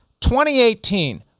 2018